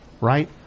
Right